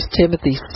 Timothy